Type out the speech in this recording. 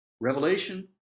Revelation